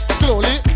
slowly